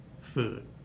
food